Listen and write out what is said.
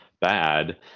bad